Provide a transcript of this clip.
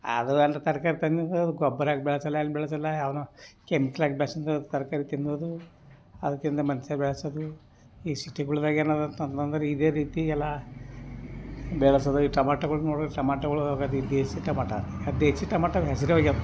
ಅದು ಒಂದು ತರಕಾರಿ ತಿನ್ನೋದು ಅದು ಗೊಬ್ಬರ ಹಾಕಿ ಬೆಳೆಸಲ್ಲ ಏನೂ ಬೆಳೆಸಲ್ಲಾ ಯಾವನ್ನೂ ಕೆಮಿಕಲ್ ಹಾಕಿ ಬೆಳ್ಸೋದು ತರಕಾರಿ ತಿನ್ನೋದು ಅದು ತಿಂದು ಮನುಷ್ಯರ್ ಬೆಳ್ಸೋದು ಈ ಸಿಟಿಗಳ್ದಾಗ ಏನಾಗತ್ತೆ ಅಂತಂದ್ರೆ ಇದೆ ರೀತಿ ಎಲ್ಲ ಬೆಳೆಸೋದು ಈ ಟಮೋಟಗಳ್ ನೋಡಿದ್ರೆ ಟಮೋಟಗಳೂ ದೇಸಿ ಟಮಟ ಆ ದೇಸಿ ಟಮೋಟವು ಹೆಸರೇ ಹೋಗ್ಯಾವ